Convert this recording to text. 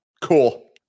Cool